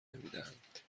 نمیدهند